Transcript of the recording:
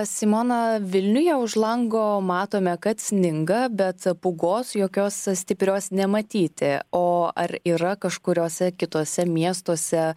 simona vilniuje už lango matome kad sninga bet pūgos jokios stiprios nematyti o ar yra kažkuriouse kituose miestuose